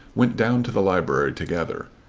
went down to the library together.